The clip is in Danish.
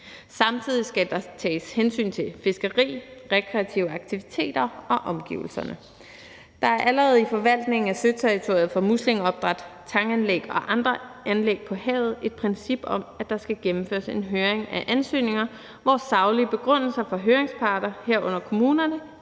Samtidig skal der tages hensyn til fiskeri, rekreative aktiviteter og omgivelser. Kl. 16:26 Der er allerede i forvaltningen af søterritoriet for muslingeopdræt, tanganlæg og andre anlæg på havet et princip om, at der skal gennemføres en høring af ansøgninger, hvor saglige begrundelser fra høringsparter, herunder kommunerne,